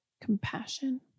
compassion